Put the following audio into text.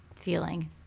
feeling